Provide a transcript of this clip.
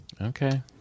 Okay